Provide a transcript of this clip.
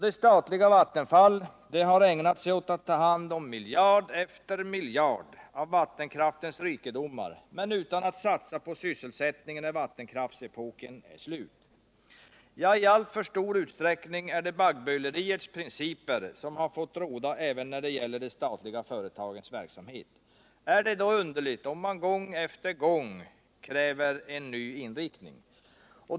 Det statliga Vattenfall har ägnat sig åt att ta hand om miljard efter miljard av vattenkraftens rikedomar men utan att satsa på sysselsättning när vattenkraftsepoken är slut. Ja, i alltför stor utsträckning är det baggböleriets principer som har fått råda även när det gäller de statliga företagens verksamhet. Är det då underligt om man gång på gång kräver en ny inriktning?